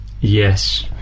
Yes